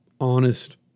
honest